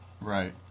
Right